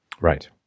Right